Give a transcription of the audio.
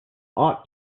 ought